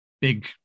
big